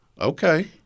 Okay